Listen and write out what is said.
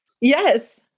Yes